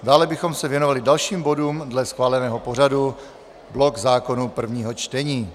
Dále bychom se věnovali dalším bodům dle schváleného pořadu, blok zákonů v prvním čtení.